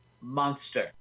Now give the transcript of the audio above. Monster